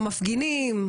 למפגינים,